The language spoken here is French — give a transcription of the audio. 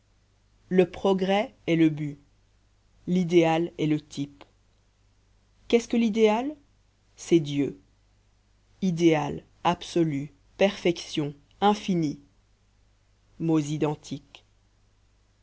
le progrès est le but l'idéal est le type qu'est-ce que l'idéal c'est dieu idéal absolu perfection infini mots identiques